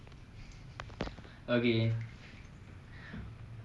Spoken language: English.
okay